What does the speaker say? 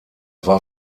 war